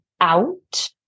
out